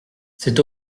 c’est